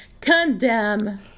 Condemn